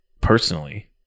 personally